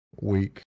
week